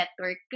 network